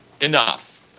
enough